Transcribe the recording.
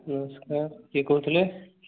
ନମସ୍କାର କିଏ କହୁଥିଲେ